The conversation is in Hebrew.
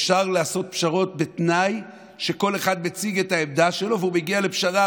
אפשר לעשות פשרות בתנאי שכל אחד מציג את העמדה שלו ומגיע לפשרה,